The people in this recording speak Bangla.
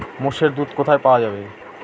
মোষের দুধ কোথায় পাওয়া যাবে?